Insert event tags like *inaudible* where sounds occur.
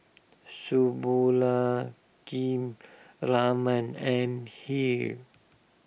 *unintelligible* Raman and Hri